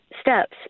steps